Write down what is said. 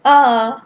uh